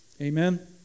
Amen